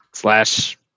Slash